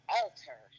alter